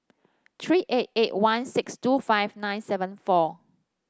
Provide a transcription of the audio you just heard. three eight eight one six two five nine seven four